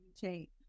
change